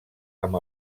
amb